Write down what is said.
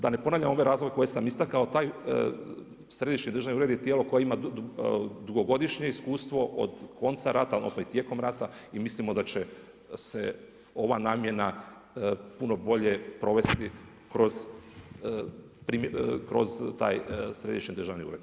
Da ne ponavljam ove razloge koja sam istakao, taj Središnji državni ured je tijelo koje ima dugogodišnje iskustvo, od konca rata, odnosno i tijekom rata i mislimo da će se ova namjena puno bolje provesti kroz taj Središnji državni ured.